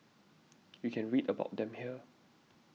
you can read about them here